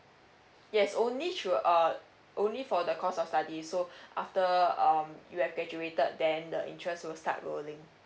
yes only through uh only for the course of study so after um you've graduated then the interest will start rolling